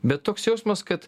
bet toks jausmas kad